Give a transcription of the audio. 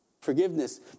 Forgiveness